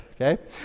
okay